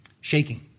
Shaking